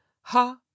Ha